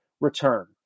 return